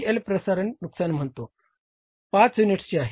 L प्रसार नुकसान म्हणतो 5 युनिट्सचे आहे